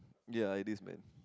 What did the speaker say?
ya this man